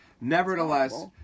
Nevertheless